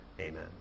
Amen